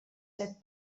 set